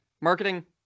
marketing